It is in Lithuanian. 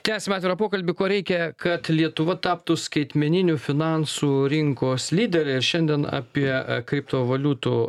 tęsiam atvirą pokalbį ko reikia kad lietuva taptų skaitmeninių finansų rinkos lyderė ir šiandien apie kriptovaliutų